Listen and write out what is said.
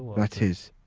that is,